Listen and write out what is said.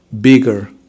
bigger